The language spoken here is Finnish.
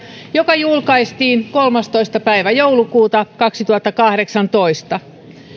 joka julkaistiin kolmastoista päivä joulukuuta kaksituhattakahdeksantoista